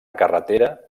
carretera